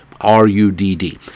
R-U-D-D